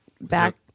back